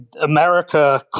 America